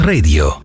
Radio